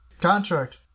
contract